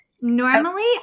Normally